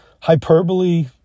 hyperbole